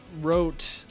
wrote